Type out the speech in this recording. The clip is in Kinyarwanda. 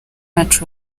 bacu